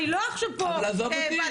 אפשרו בפסיקה --- השינוי המשמעותי